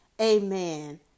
amen